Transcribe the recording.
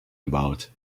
about